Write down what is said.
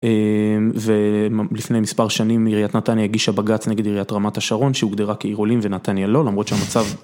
ולפני מספר שנים עיריית נתניה הגישה בג"ץ נגד עיריית רמת השרון שהוגדרה כעיר עולים ונתניה לא, למרות שהמצב.